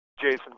Jason